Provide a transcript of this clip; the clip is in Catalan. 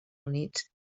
units